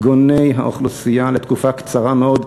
גוני האוכלוסייה לתקופה קצרה מאוד,